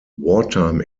wartime